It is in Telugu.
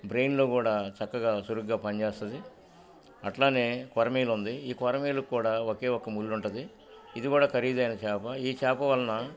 బ్రెయిన్లో కూడా చక్కగా సురుగ్గా పనిచేస్తది అట్లానే కొరమేలుంది ఈ కొరమేలు కూడా ఒకే ఒక ముళ్లుంటది ఇది కూడా ఖరీదైన చేప ఈ చేప వలన